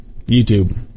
YouTube